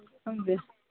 ꯈꯪꯗꯦ